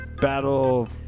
battle